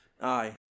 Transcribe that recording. Aye